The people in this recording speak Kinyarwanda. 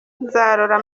nzarora